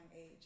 age